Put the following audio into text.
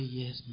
yes